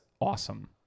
awesome